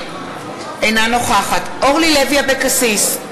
אינה נוכחת אורלי לוי אבקסיס,